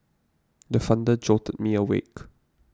the thunder jolted me awake